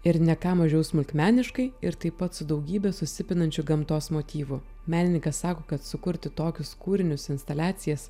ir ne ką mažiau smulkmeniškai ir taip pat su daugybe susipinančių gamtos motyvų menininkas sako kad sukurti tokius kūrinius instaliacijas